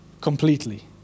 Completely